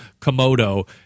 Komodo